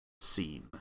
scene